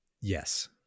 Yes